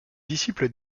disciple